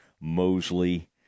mosley